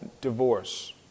divorce